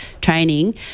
training